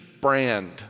brand